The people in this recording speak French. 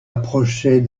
approchait